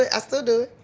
i still do it,